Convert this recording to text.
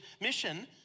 mission